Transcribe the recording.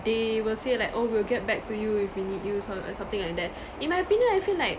they will say like oh we'll get back to you if we need you so~ something like that in my opinion I feel like